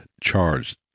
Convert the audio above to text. charged